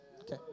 Okay